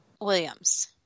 Williams